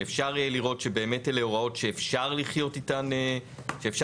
שאפשר יהיה לראות שבאמת אלו הוראות שאפשר לחיות אותן במקביל.